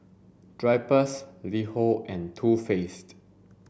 Drypers LiHo and Too Faced